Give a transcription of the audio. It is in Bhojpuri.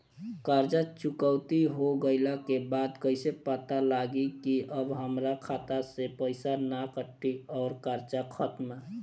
कर्जा चुकौती हो गइला के बाद कइसे पता लागी की अब हमरा खाता से पईसा ना कटी और कर्जा खत्म?